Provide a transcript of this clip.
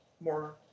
more